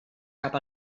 cap